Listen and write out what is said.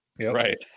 Right